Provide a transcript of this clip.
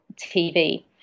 tv